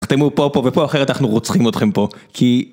אתם פה פה ופה אחרת אנחנו רוצחים אתכם פה, כי...